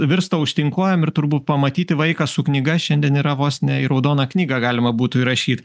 virsta aukštyn kojom ir turbūt pamatyti vaiką su knyga šiandien yra vos ne į raudoną knygą galima būtų įrašyt